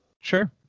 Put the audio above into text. Sure